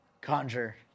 conjure